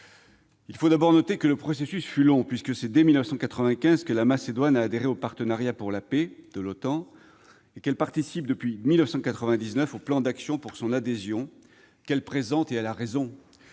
Il faut, d'abord, noter que le processus fut long, puisque la Macédoine a adhéré au partenariat pour la paix de l'OTAN dès 1995 et qu'elle participe depuis 1999 au plan d'action pour son adhésion, qu'elle présente, avec raison,